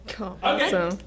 Okay